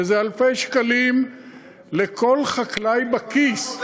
זה אלפי שקלים לכל חקלאי בכיס,